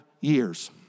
years